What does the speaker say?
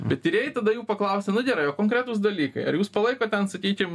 bet tyrėjai tada jų paklausia nu gerai o konkretūs dalykai ar jūs palaikot ten sakykim